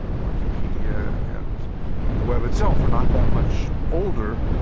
wikipedia and and the web itself are not that much older.